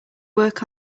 work